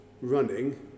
running